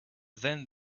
then